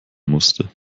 musste